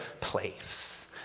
place